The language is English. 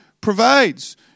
provides